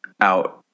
out